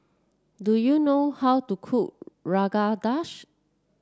do you know how to cook Rogan Josh